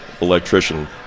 electrician